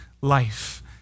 life